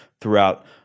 throughout